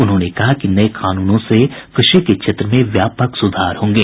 उन्होंने कहा कि नये कानूनों से कृषि के क्षेत्र में व्यापक सुधार होंगे